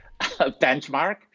benchmark